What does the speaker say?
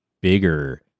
bigger